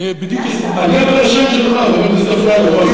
אני, חבר הכנסת אפללו.